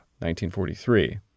1943